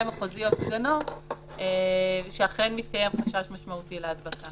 מחוזי או סגנו שאכן מתקיים חשש משמעותי להדבקה.